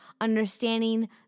understanding